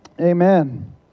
Amen